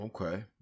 Okay